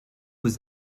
was